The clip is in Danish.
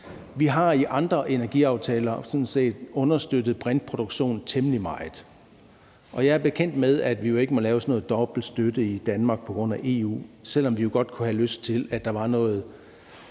Vi har i andre energiaftaler sådan set understøttet brintproduktion temmelig meget, og jeg er bekendt med, at vi jo ikke må lave sådan noget dobbelt støtte i Danmark på grund af EU, selv om vi jo godt kunne have lyst til, at der var noget